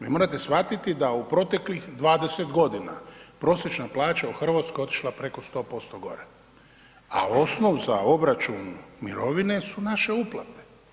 Vi morate shvatiti da u proteklih 20 godina prosječna plaća u Hrvatskoj otišla preko 100% gore, a osnov za obračun mirovine su naše uplate.